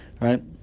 right